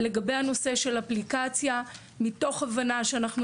לגבי הנושא של אפליקציה מתוך הבנה שאנחנו